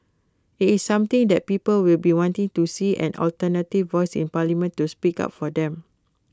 IT is something that people will be wanting to see an alternative voice in parliament to speak up for them